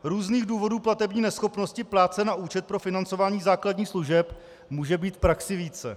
Různých důvodů platební neschopnosti plátce na účet pro financování základních služeb může být v praxi více.